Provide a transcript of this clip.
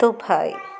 Dubai